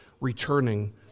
returning